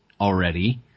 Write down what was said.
already